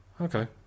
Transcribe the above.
Okay